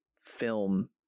film